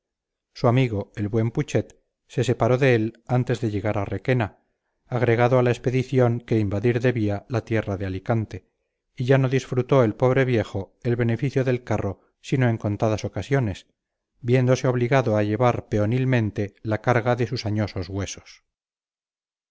su amigo el buen putxet se separó de él antes de llegar a requena agregado a la expedición que invadir debía la tierra de alicante y ya no disfrutó el pobre viejo el beneficio del carro sino en contadas ocasiones viéndose obligado a llevar peonilmente la carga de sus añosos huesos